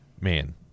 man